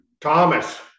Thomas